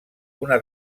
una